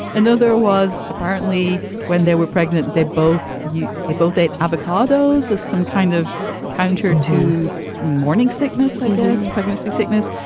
another was apparently when they were pregnant. they both use it both at avocadoes as some kind of counter to morning sickness, i guess, pregnancy, sickness.